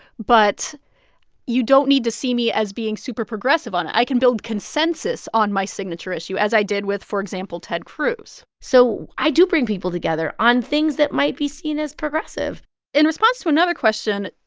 but you don't need to see me as being super progressive on it. i can build consensus on my signature issue, as i did with, for example, ted cruz so i do bring people together on things that might be seen as progressive in response to another question,